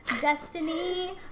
Destiny